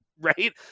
Right